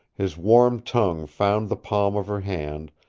his warm tongue found the palm of her hand,